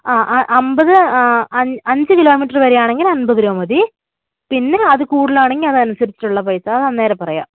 ആ ആ അമ്പത് അഞ്ച് കിലോമീറ്റർ വരെയാണെങ്കില് അമ്പത് രൂപ മതി പിന്നെ അതില് കൂടുതലാണെങ്കില് അതിനനുസരിച്ചുള്ള പൈസ അന്നേരം പറയാം